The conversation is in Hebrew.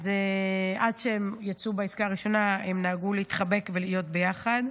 עד שהם יצאו בעסקה הראשונה הם נהגו להתחבק ולהיות ביחד.